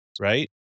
right